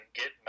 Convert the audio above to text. get